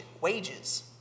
Wages